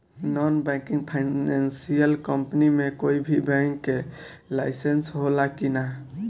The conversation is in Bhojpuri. नॉन बैंकिंग फाइनेंशियल कम्पनी मे कोई भी बैंक के लाइसेन्स हो ला कि ना?